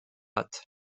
hâte